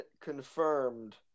confirmed